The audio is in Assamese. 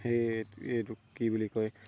সেই এইটো কি বুলি কয়